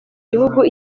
gihugu